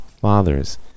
fathers